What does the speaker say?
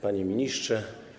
Panie Ministrze!